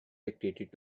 dictated